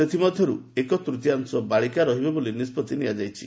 ସେଥିମଧ୍ୟରୁ ଏକତ୍ତୀୟାଂଶ ବାଳିକା ରହିବେ ବୋଲି ନିଷ୍ପଭି ନିଆଯାଇଛି